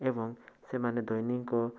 ଏବଂ ସେମାନେ ଦୈନିକ